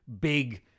big